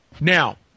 Now